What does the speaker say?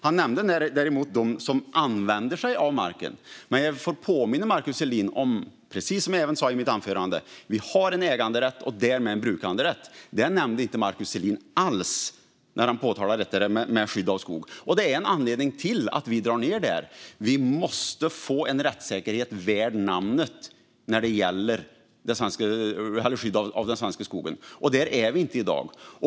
Han nämnde däremot dem som använder sig av marken, men som jag sa i mitt anförande får jag påminna Markus Selin om att vi har en äganderätt och därmed en brukanderätt. Detta nämnde Markus Selin inte alls när han pekade på skyddet av skog. Det är en anledning till att vi drar ned där. Vi måste få en rättssäkerhet värd namnet när det gäller skyddet av den svenska skogen. Där är vi inte i dag.